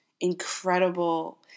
incredible